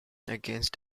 against